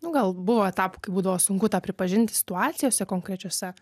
nu gal buvo etapų kai būdavo sunku tą pripažinti situacijose konkrečiose